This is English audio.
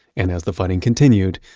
and as the fighting continued,